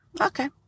Okay